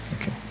Okay